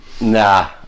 Nah